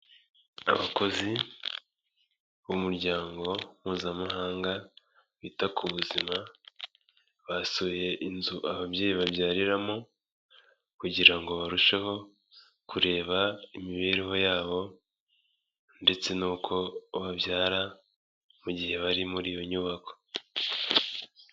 Abakozi b'umuryango mpuzamahanga wita ku buzima, basuye inzu ababyeyi babyariramo kugira ngo barusheho kureba imibereho yabo ndetse n'uko babyara mu gihe bari muri iyo nyubako.